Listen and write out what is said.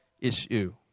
issue